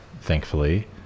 thankfully